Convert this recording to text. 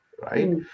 right